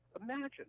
imagine